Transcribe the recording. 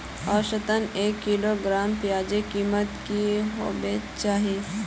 औसतन एक किलोग्राम प्याजेर कीमत की होबे चही?